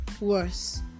worse